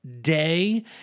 day